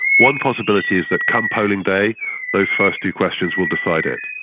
one possibility is that come polling day those first two questions will decide it.